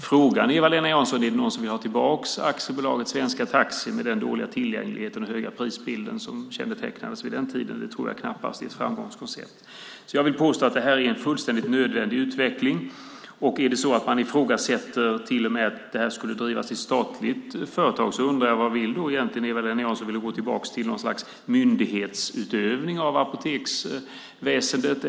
Frågan är, Eva-Lena Jansson, om det är någon som vill ha tillbaka aktiebolaget svenska taxi med den dåliga tillgänglighet och den höga prisbild som kännetecknade det vid den tiden. Jag tror knappast att det är ett framgångsrecept. Jag vill påstå att det här är en fullständigt nödvändig utveckling. Om man till och med ifrågasätter att det här skulle drivas i ett statligt företag undrar jag: Vad vill då egentligen Eva-Lena Jansson? Vill hon gå tillbaka till något slags myndighetsutövning av apoteksväsendet?